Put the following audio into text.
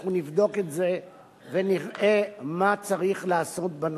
אנחנו נבדוק את זה ונראה מה צריך לעשות בנושא.